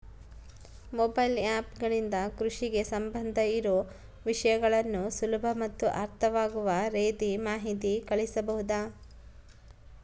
Mobile app ಗಳಿಂದ ಕೃಷಿಗೆ ಸಂಬಂಧ ಇರೊ ವಿಷಯಗಳನ್ನು ಸುಲಭ ಮತ್ತು ಅರ್ಥವಾಗುವ ರೇತಿ ಮಾಹಿತಿ ಕಳಿಸಬಹುದಾ?